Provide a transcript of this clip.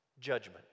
judgment